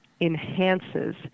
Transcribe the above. enhances